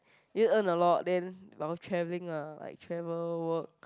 you earn a lot then but while traveling lah like travel work